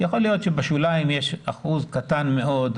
יכול להיות שבשוליים יש אחוז קטן מאוד,